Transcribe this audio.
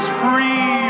free